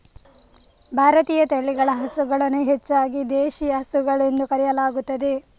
ಭಾರತೀಯ ತಳಿಗಳ ಹಸುಗಳನ್ನು ಹೆಚ್ಚಾಗಿ ದೇಶಿ ಹಸುಗಳು ಎಂದು ಕರೆಯಲಾಗುತ್ತದೆ